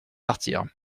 partir